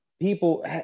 people